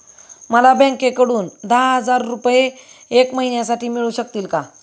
मला बँकेकडून दहा हजार रुपये एक महिन्यांसाठी मिळू शकतील का?